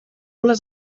les